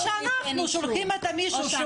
או שאנחנו שולחים את המישהו שהוא